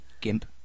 Gimp